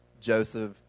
Joseph